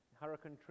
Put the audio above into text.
Hurricane